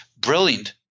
Brilliant